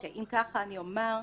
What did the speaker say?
אם כך, לנו,